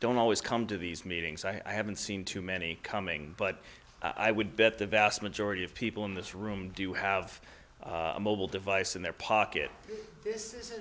don't always come to these meetings i haven't seen too many coming but i would bet the vast majority of people in this room do have a mobile device in their pocket this